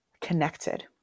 connected